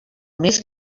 més